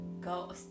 go